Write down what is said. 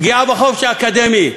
"פגיעה בחופש האקדמי".